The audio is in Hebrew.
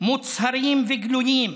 מוצהרים וגלויים,